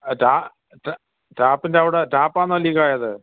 റ്റാ റ്റ റ്റാപ്പിൻ്റെ അവിടെ ടാപ്പ് ആണോ ലീക്കായത്